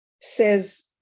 says